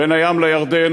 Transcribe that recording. בין הים לירדן,